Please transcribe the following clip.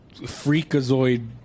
freakazoid